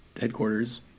headquarters